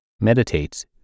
meditates